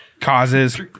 causes